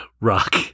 Rock